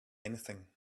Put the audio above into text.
anything